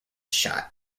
shot